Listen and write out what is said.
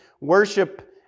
worship